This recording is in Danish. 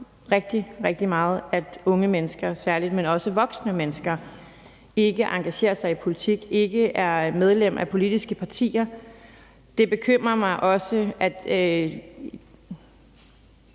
rigtig, rigtig meget, at særlig unge mennesker, men også voksne mennesker ikke engagerer sig i politik og ikke er medlem af politiske partier. Det bekymrer mig